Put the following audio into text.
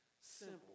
Simple